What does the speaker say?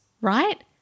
right